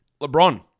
LeBron